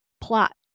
plot